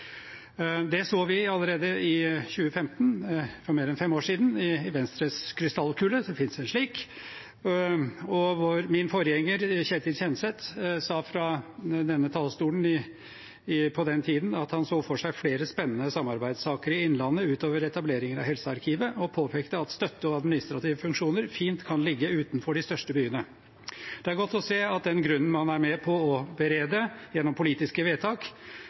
Det så vi allerede i 2015 – altså for mer enn fem år siden – i Venstres krystallkule, det finnes en slik. Min forgjenger, Ketil Kjenseth, sa fra denne talerstolen på den tiden at han så for seg flere spennende samarbeidssaker i Innlandet, utover etableringen av Helsearkivet. Han påpekte at støtte- og administrative funksjoner fint kan ligge utenfor de største byene. Det er godt å se at den grunnen man er med på å berede gjennom politiske vedtak,